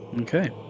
Okay